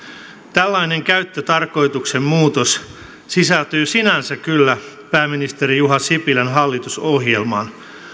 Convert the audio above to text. tällainen käyttötarkoituksen muutos sisältyy sinänsä kyllä pääministeri juha sipilän hallitusohjelmaan